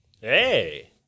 Hey